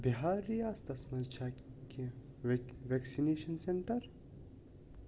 بِہار رِیاستس منٛز چھےٚ کیٚنٛہہ وٮ۪ک وٮ۪کسِنیشَن سٮ۪نٛٹر